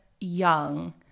young